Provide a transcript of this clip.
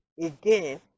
again